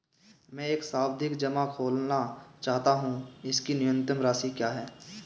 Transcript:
मैं एक सावधि जमा खोलना चाहता हूं इसकी न्यूनतम राशि क्या है?